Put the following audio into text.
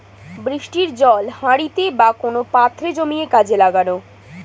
বৃষ্টির জল হাঁড়িতে বা কোন পাত্রে জমিয়ে কাজে লাগানো